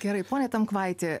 gerai pone tamkvaiti